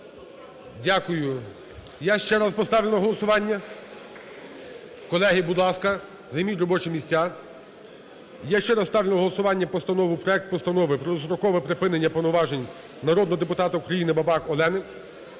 Дякую. Я ще раз поставлю на голосування. Колеги, будь ласка, займіть робочі місця. Я ще раз ставлю на голосування постанову, проект Постанови про дострокове припинення повноважень народного депутата України Бабак Альони